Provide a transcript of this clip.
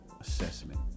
assessment